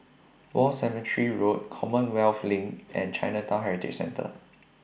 War Cemetery Road Commonwealth LINK and Chinatown Heritage Centre